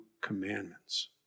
commandments